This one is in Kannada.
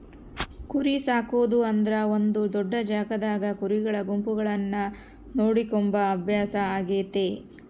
ಕುರಿಸಾಕೊದು ಅಂದ್ರ ಒಂದು ದೊಡ್ಡ ಜಾಗದಾಗ ಕುರಿಗಳ ಗುಂಪುಗಳನ್ನ ನೋಡಿಕೊಂಬ ಅಭ್ಯಾಸ ಆಗೆತೆ